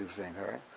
seen her,